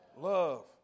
Love